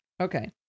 Okay